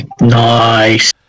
Nice